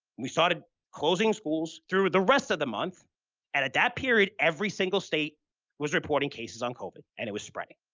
we started closing schools through the rest of the month and at that period, every single state was reporting cases on covid and it was spreading,